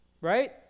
right